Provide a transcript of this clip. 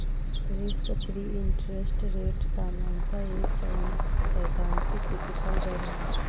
risk free interest rate सामान्यतः एक सैद्धांतिक प्रतिफल दर है